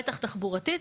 בטח תחבורתית,